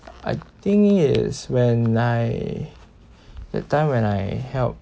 I think is when I that time when I help